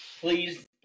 Please